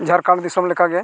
ᱡᱷᱟᱲᱠᱷᱚᱸᱰ ᱫᱤᱥᱚᱢ ᱞᱮᱠᱟᱜᱮ